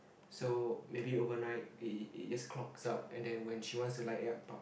so maybe overnight it it i~ just clocks up and then when she wants to light it up